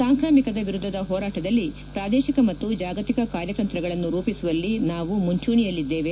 ಸಾಂಕಾಮಿಕದ ವಿರುದ್ದದ ಹೋರಾಟದಲ್ಲಿ ಪ್ರಾದೇಶಿಕ ಮತ್ತು ಜಾಗತಿಕ ಕಾರ್ನತಂತ್ರಗಳನ್ನು ರೂಪಿಸುವಲ್ಲಿ ನಾವು ಮುಂಚೂಣಿಯಲ್ಲಿದ್ಲೇವೆ